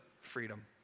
freedom